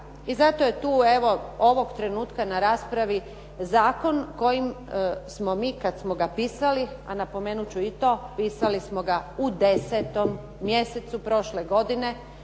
I zato je tu evo ovog trenutka na raspravi zakon kojim smo mi kad smo ga pisali, a napomenut ću i to pisali smo ga u 10. mjesecu prošle godine.